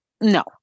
No